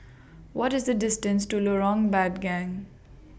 What IS The distance to Lorong Bandang